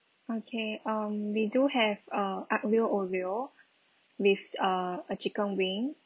okay um we do have uh aglio olio with uh a chicken wing